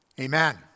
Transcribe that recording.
Amen